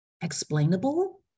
explainable